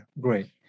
great